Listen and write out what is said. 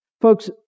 Folks